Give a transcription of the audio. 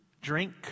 drink